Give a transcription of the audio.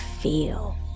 feel